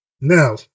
now